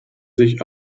sich